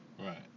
Right